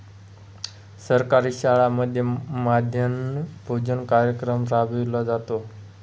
सरकारी शाळांमध्ये मध्यान्ह भोजन कार्यक्रम राबविला जातो